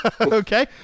Okay